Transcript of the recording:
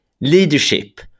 leadership